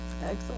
Excellent